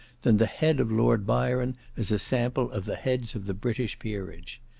than the head of lord byron as a sample of the heads of the british peerage.